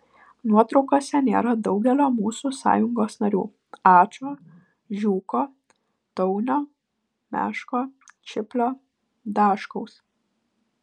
nuotraukose nėra daugelio mūsų sąjungos narių ačo žiūko taunio meško čiplio daškaus